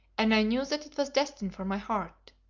and i knew that it was destined for my heart.